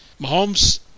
Mahomes